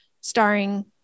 starring